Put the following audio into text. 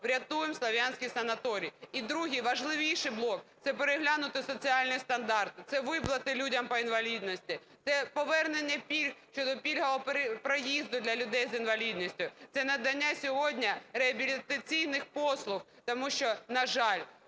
врятуємо "Слов'янський" санаторій. І другий, важливіший, блок – це переглянути соціальні стандарти. Це виплати людям по інвалідності, це повернення пільг щодо пільгового проїзду для людей з інвалідністю, це надання сьогодні реабілітаційних послуг. Тому що, на жаль,